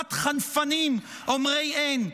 בחבורת חנפנים אומרי הן,